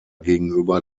gegenüber